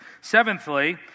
Seventhly